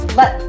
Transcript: let